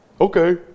Okay